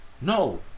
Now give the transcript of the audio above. no